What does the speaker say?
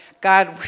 God